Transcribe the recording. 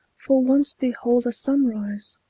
for once behold a sunrise.